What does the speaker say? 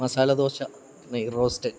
മസാല ദോശ നെയ്യ് റോസ്റ്റ്